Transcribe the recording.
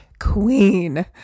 Queen